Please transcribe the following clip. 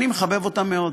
אני מחבב אותם מאוד.